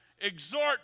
exhort